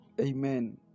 Amen